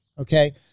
Okay